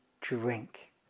drink